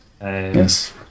Yes